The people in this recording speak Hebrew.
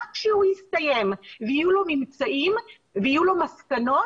כשהוא יסתיים ויהיו לו ממצאים ויהיו לו מסקנות,